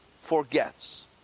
forgets